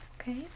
okay